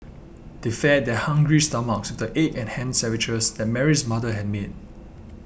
they fed their hungry stomachs the egg and ham sandwiches that Mary's mother had made